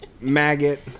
Maggot